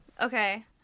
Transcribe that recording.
Okay